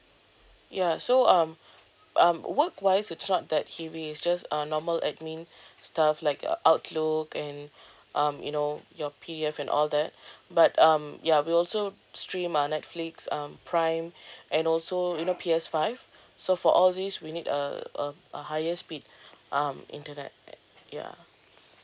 ya so um um work wise is not that heavy it's just uh normal admin stuff like uh outlook and um you know your P_D_F and all that but um ya we'll also stream uh netflix um prime and also you know P_S five so for all these we need a a a higher speed um internet ya